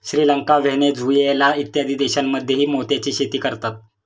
Sri Lanka, Venezuela इत्यादी देशांमध्येही मोत्याची शेती करतात